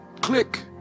click